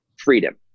Freedom